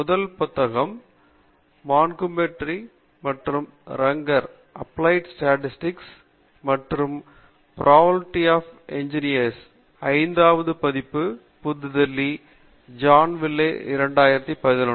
முதல் புத்தகம் மான்ட்கோமரி மற்றும் ரங்கர் அப்லைட்டு ஸ்டாட்டிஸ்டிக்ஸ் மற்றும் ப்ரோபைபிளிட்டி பார் என்ஜினீர்ஸ் ஐந்தாவது பதிப்பு புது தில்லி ஜான் விலே இந்தியா 2011